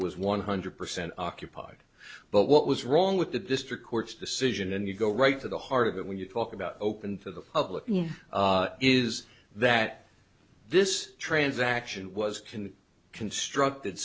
was one hundred percent occupied but what was wrong with the district court's decision and you go right to the heart of it when you talk about open to the public is that this transaction was can constructed